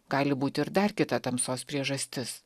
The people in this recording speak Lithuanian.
gali būti ir dar kita tamsos priežastis